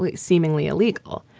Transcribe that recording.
like seemingly illegal.